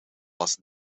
was